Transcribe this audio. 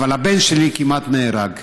אבל הבן שלי כמעט נהרג.